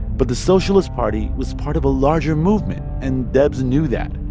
but the socialist party was part of a larger movement, and debs knew that.